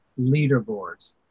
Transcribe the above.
leaderboards